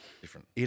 Different